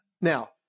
Now